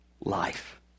life